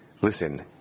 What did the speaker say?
listen